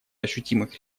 ощутимых